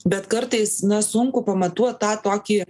bet kartais na sunku pamatuot tą tokį